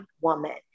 woman